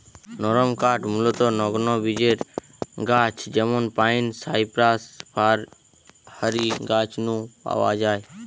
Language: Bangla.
নরমকাঠ মূলতঃ নগ্নবীজের গাছ যেমন পাইন, সাইপ্রাস, ফার হারি গাছ নু পাওয়া যায়